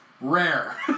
rare